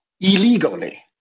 illegally